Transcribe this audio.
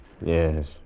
Yes